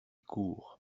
court